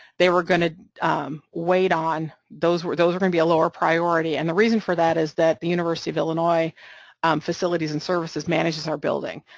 they were going to wait on, those were those were going to be a lower priority, and the reason for that is that the university of illinois um facilities and services manages our building,